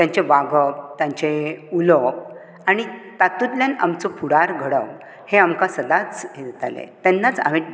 तांचे वागप तांचे उलोवप आनी तातुंतल्यान आमचो फुडार घडोवप हे आमकां सदांच इंवताले तेन्नाच हांवें